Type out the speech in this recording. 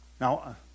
Now